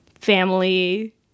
family